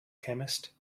chemist